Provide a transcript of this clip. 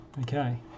Okay